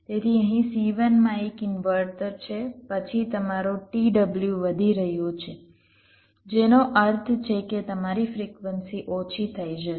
તેથી અહીં C1 માં એક ઇન્વર્ટર છે પછી તમારો t w વધી રહ્યું છે જેનો અર્થ છે કે તમારી ફ્રિક્વન્સી ઓછી થઈ જશે